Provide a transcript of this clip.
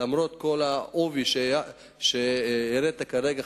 למרות כל העובי שהראית כרגע,